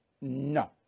No